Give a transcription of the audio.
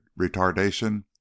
retardation